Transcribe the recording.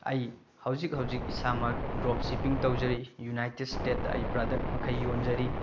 ꯑꯩ ꯍꯧꯖꯤꯛ ꯍꯧꯖꯤꯛ ꯏꯁꯥꯃꯛ ꯗ꯭ꯔꯣꯞ ꯁꯤꯞꯄꯤꯡ ꯇꯧꯖꯔꯤ ꯌꯨꯅꯥꯏꯇꯦꯠ ꯏꯁꯇꯦꯠꯇ ꯑꯩꯒꯤ ꯄ꯭ꯔꯗꯛ ꯃꯈꯩ ꯌꯣꯟꯖꯔꯤ